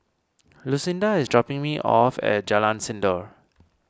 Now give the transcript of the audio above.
Lucinda is dropping me off at Jalan Sindor